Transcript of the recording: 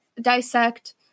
dissect